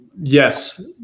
yes